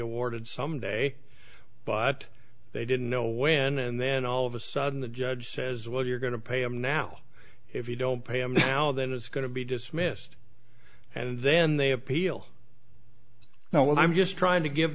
awarded some day but they didn't know when and then all of a sudden the judge says well you're going to pay them now if you don't pay them now then it's going to be dismissed and then they appeal now well i'm just trying to give